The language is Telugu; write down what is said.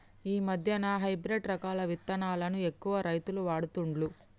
ఈ మధ్యన హైబ్రిడ్ రకాల విత్తనాలను ఎక్కువ రైతులు వాడుతుండ్లు